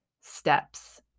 steps